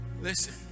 Listen